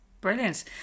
brilliant